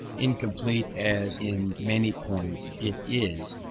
incomplete as in many points it is,